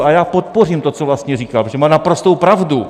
A já podpořím to, co vlastně říkal, protože má naprostou pravdu.